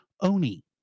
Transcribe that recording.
Oni